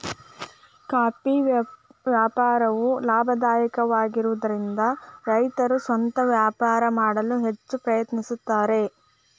coffee ವ್ಯಾಪಾರವು ಲಾಭದಾಯಕವಾಗಿರುವದರಿಂದ ರೈತರು ಸ್ವಂತ ವ್ಯಾಪಾರ ಮಾಡಲು ಹೆಚ್ಚ ಪ್ರಯತ್ನಿಸುತ್ತಾರೆ